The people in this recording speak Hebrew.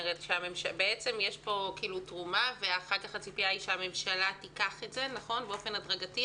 בעצם יש פה תרומה ואחר כך הציפייה היא שהממשלה תיקח את זה באופן הדרגתי.